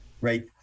right